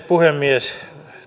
puhemies